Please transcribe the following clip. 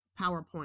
PowerPoint